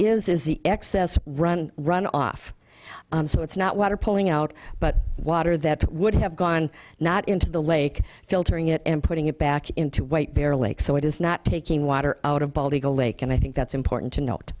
is is the excess run run off so it's not water pulling out but water that would have gone not into the lake filtering it and putting it back into white bear lake so it is not taking water out of bald eagle lake and i think that's important to note